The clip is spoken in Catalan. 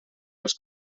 els